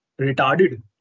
retarded